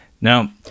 now